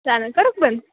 चालेल करू का बंद